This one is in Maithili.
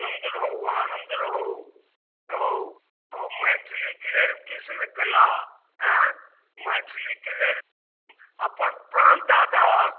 आनन्द रहू आनन्द रहू हौ हौ मैथिलीके लेल किछु नहि केलऽए मैथिलीके लेल अपन प्राण दऽ दहक